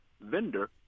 vendor